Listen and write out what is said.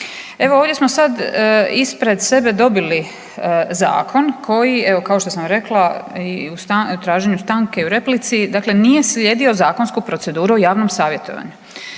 Evo ovdje smo sad ispred sebe dobili zakon koji evo kao što sam rekla i u traženju stanke i u replici, dakle nije slijedio zakonsku proceduru o javnom savjetovanju.